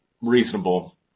reasonable